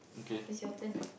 it's your turn